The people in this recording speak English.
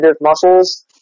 muscles